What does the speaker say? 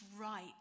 right